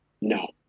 No